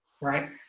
right